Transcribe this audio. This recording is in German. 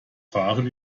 fahren